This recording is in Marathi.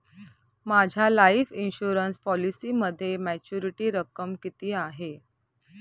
माझ्या लाईफ इन्शुरन्स पॉलिसीमध्ये मॅच्युरिटी रक्कम किती आहे?